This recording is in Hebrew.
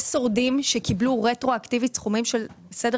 יש שורדים שקיבלו רטרואקטיבית סכומים בסדר